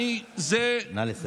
נא לסיים.